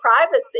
privacy